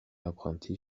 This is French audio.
apprenti